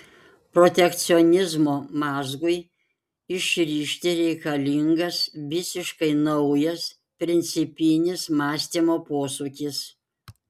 protekcionizmo mazgui išrišti reikalingas visiškai naujas principinis mąstymo posūkis